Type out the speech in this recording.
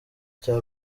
cya